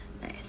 nice